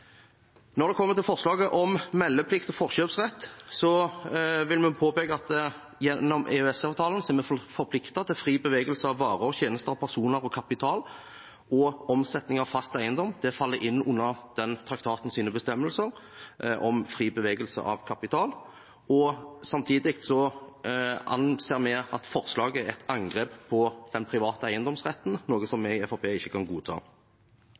Når det gjelder forslaget om meldeplikt og forkjøpsrett, vil vi påpeke at gjennom EØS-avtalen er vi forpliktet til fri bevegelse av varer, tjenester, personer og kapital, og omsetning av fast eiendom faller inn under den traktatens bestemmelser om fri bevegelse av kapital. Samtidig anser vi at forslaget er et angrep på den private eiendomsretten, noe vi i Fremskrittspartiet ikke kan godta.